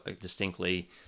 distinctly